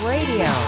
Radio